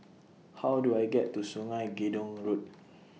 How Do I get to Sungei Gedong Road